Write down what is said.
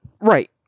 right